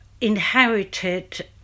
inherited